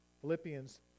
Philippians